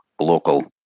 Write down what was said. local